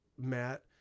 Matt